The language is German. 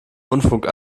unfug